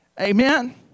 amen